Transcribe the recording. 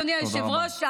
אדוני היושב-ראש,